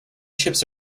chips